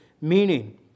meaning